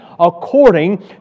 according